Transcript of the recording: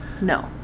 No